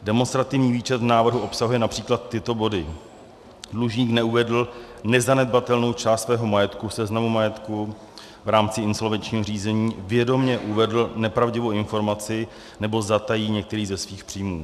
Demonstrativní výčet v návrhu obsahuje například tyto body: dlužník neuvedl nezanedbatelnou část svého majetku v seznamu majetku v rámci insolvenčního řízení, vědomě uvedl nepravdivou informaci nebo zatají některý ze svých příjmů.